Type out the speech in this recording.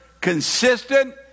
consistent